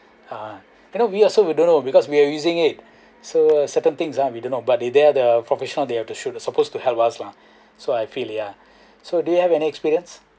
uh you know we also we don't know because we are using it so certain things ah we don't know but they are the professional they are to show they supposed to help us lah so I feel ya so do you have any experience